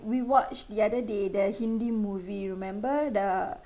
we watched the other day the hindi movie remember the